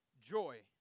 joy